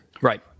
Right